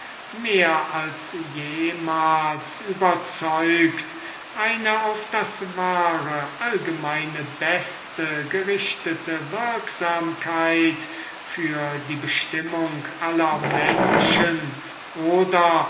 mehr als jemals überzeugt eine auf das wahre allgemeine beste gerichtete würksamkeit für die bestimmung aller menschen oder